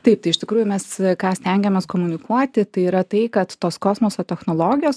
taip tai iš tikrųjų mes ką stengiamės komunikuoti tai yra tai kad tos kosmoso technologijos